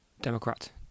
Democrat